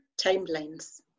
timelines